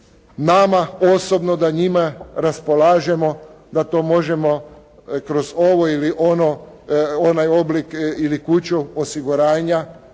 nama osobno, da njima raspolažemo, da to možemo kroz ovo ili ono, onaj oblik ili kuću osiguranja